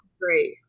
great